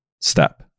step